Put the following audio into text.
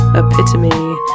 epitome